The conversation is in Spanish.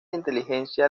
inteligencia